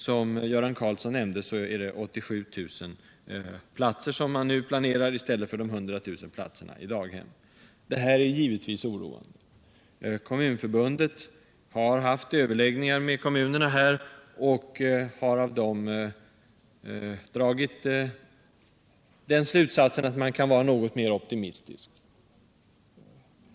Som Göran Karlsson nämnde planerar man nu 87 000 daghemsplatser i stället för 100 000. Detta är givetvis oroande. Kommunförbundet har haft överläggningar med kommunerna och har av dem dragit slutsatsen att man kan vara något mera optimistisk.